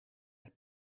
hij